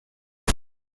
ŝuo